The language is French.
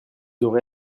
aurez